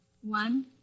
One